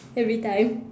every time